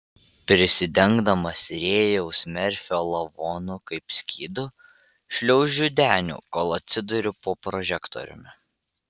prisidengdamas rėjaus merfio lavonu kaip skydu šliaužiu deniu kol atsiduriu po prožektoriumi